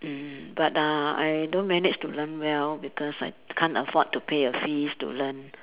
mm but uh I don't managed to learn well because I can't afford to pay the fees to learn